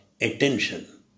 attention